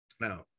Now